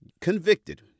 convicted